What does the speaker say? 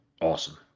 awesome